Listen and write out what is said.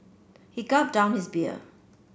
he gulped down his beer